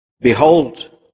Behold